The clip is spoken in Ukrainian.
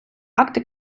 акти